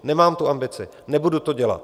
Nemám tu ambici, nebudu to dělat.